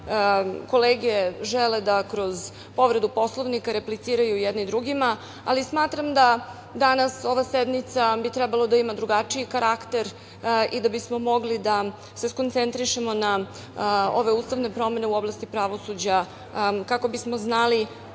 kolege žele da kroz povredu Poslovnika repliciraju jedni drugima, ali smatram da bi danas ova sednica trebalo da ima drugačiji karakter i da bismo mogli da se usredsredimo na ove ustavne promene u oblasti pravosuđa kako bismo znali